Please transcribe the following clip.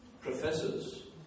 professors